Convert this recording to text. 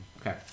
Okay